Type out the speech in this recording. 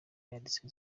yanditse